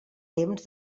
temps